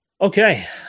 Okay